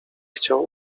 chciał